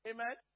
Amen